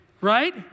right